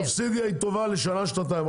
סובסידיה טובה לשנה-שנתיים.